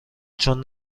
چون